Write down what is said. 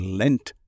lent